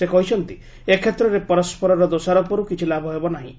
ସେ କହିଛନ୍ତି ଏ କ୍ଷେତ୍ରରେ ପରସ୍କରର ଦୋଷାରୋପରୁ କିଛି ଲାଭ ହେବ ନାହିଁ